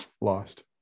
lost